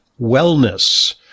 wellness